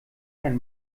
ein